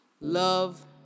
Love